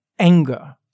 Anger